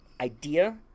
idea